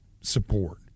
support